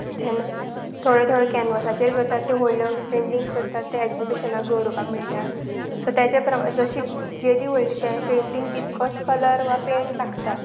तेन्ना थोड्यो थोड्यो कॅनवसाचेर करतात त्यो व्हडल्यो पेंटींग्स करतात त्यो एग्जिबिशनाक दवरुपाक मेळटात सो तेजे प्रमाणे जशी जे दी व्हडली पे पेंटींग तितकोच कलर वा पेंट लागता